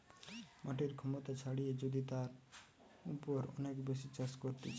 মাটির ক্ষমতা ছাড়িয়ে যদি তার উপর অনেক বেশি চাষ করতিছে